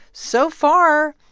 so far,